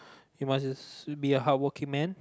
you must be a hardworking man